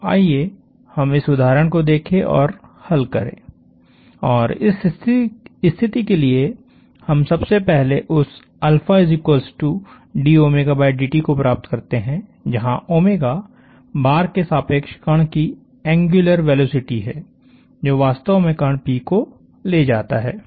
तो आइए हम इस उदाहरण को देखें और हल करें और इस स्थिति के लिए हम सबसे पहले उस ddt को प्राप्त करते हैं जहां बार के सापेक्ष कण की एंग्यूलर वेलोसिटी है जो वास्तव में कण P को ले जाता है